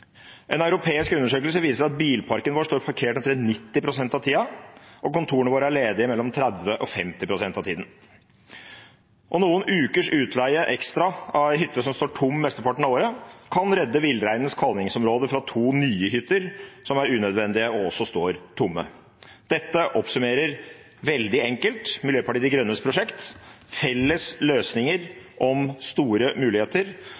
En europeisk undersøkelse viser at bilparken vår står parkert omtrent 90 pst. av tida, og kontorene våre er ledige mellom 30 og 50 pst. av tida. Og noen ukers utleie ekstra av en hytte som står tom mesteparten av året, kan redde villreinens kalvingsområde fra to nye hytter som er unødvendige og også står tomme. Dette oppsummerer veldig enkelt Miljøpartiet De Grønnes prosjekt. Felles løsninger om store muligheter